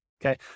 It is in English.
Okay